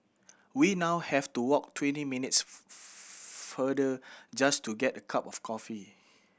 we now have to walk twenty minutes further just to get a cup of coffee